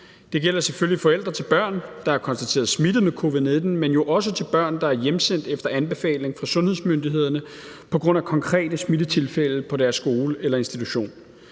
Det gælder selvfølgelig forældre til børn, der er konstateret smittet med covid-19, men jo også forældre til børn, der er hjemsendt efter anbefaling fra sundhedsmyndighederne på grund af konkrete smittetilfælde på deres skole eller institution.